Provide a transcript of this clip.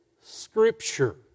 Scripture